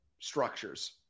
structures